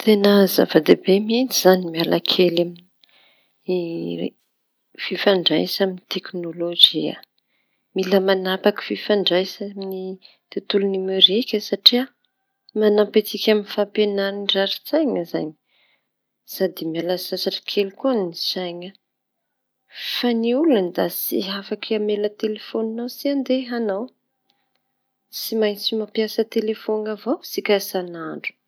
Teña zava -dehibe mihitsy izañy ny miala kely amin'ny fifandraisana teknolozia mila manapaky fifandraisany tontolo nomerika satria manampy antsika amin'ny fampihenana rari-tsaina izañy sady miala sasatry kely koa ny saina fa ny olan da tsy afaky hamela telefaoninao tsy handeha añao tsy maintsy mampiasa telefaony avao sika isan'andro.